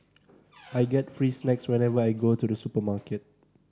I get free snacks whenever I go to the supermarket